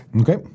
Okay